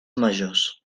majors